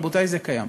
רבותי, זה קיים.